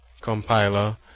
compiler